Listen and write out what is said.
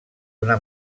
una